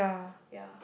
ya